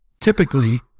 typically